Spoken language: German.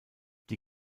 die